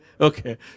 Okay